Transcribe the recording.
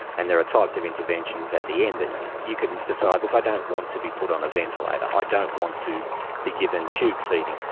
and there are types of interventions at the end that you can decide, look, i don't want to be put on a ventilator i don't want to be given tube feeding',